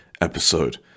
episode